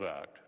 Act